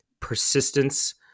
persistence